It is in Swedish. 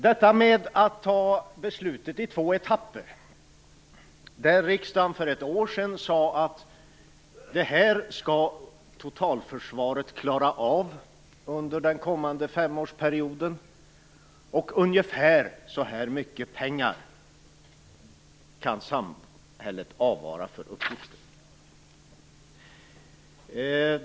Det här beslutet skall fattas i två etapper. Riksdagen sade för ett år sedan att det här skall totalförsvaret klara av under den kommande femårsperioden, och ungefär så här mycket pengar kan samhället avvara för uppgiften.